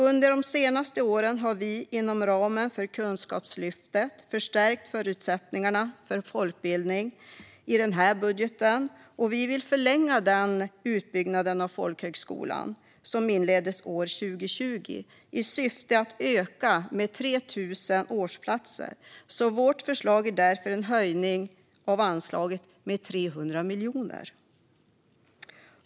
Under de senaste åren har vi inom ramen för Kunskapslyftet förstärkt förutsättningarna för folkbildningen, och i den här budgeten vill vi förlänga den utbyggnad av folkhögskolan som inleddes 2020 i syfte att öka med 3 000 årsplatser. Vårt förslag är därför en höjning av anslaget med 300 miljoner.